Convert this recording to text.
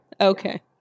Okay